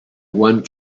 one